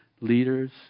leaders